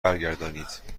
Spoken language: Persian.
برگردانید